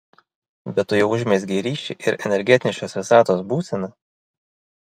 bet tu jau užmezgei ryšį ir energetinė šios visatos būsena